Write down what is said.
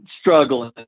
struggling